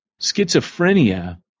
schizophrenia